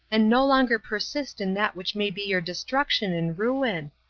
and no longer persist in that which may be your destruction and ruin.